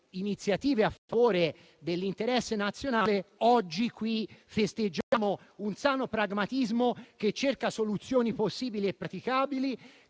iniziative a favore dell'interesse nazionale. Oggi, finalmente, festeggiamo un sano pragmatismo che cerca soluzioni possibili e praticabili